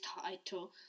title